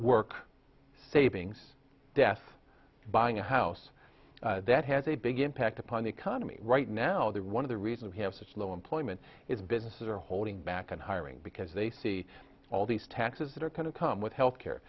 work savings death buying a house that has a big impact upon the economy right now there one of the reasons we have such low employment is businesses are holding back on hiring because they see all these taxes that are kind of come with health care